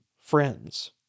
friends